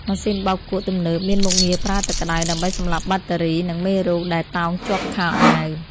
ម៉ាស៊ីនបោកគក់ទំនើបមានមុខងារប្រើទឹកក្តៅដើម្បីសម្លាប់បាក់តេរី និងមេរោគដែលតោងជាប់ខោអាវ។